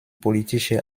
politische